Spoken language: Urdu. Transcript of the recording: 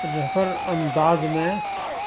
رفر انداز میں